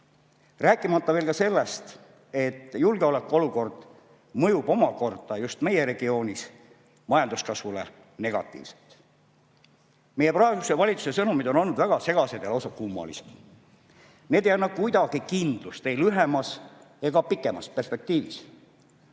rääkimata sellest, et julgeolekuolukord mõjub just meie regioonis majanduskasvule negatiivselt. Meie praeguse valitsuse sõnumid on olnud väga segased ja lausa kummalised. Need ei anna kuidagi kindlust ei lühemas ega ka pikemas perspektiivis.